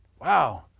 Wow